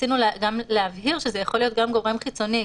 רצינו להבהיר גם שזה יכול להיות גורם חיצוני,